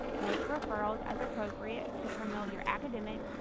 make referrals as appropriate to promote your academic,